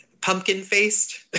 pumpkin-faced